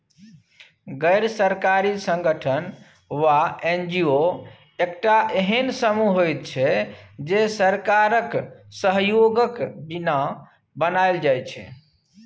गैर सरकारी संगठन वा एन.जी.ओ एकटा एहेन समूह होइत छै जे सरकारक सहयोगक बिना बनायल जाइत छै